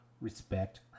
respect